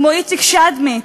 כמו איציק שדמי,